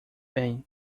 bem